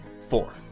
four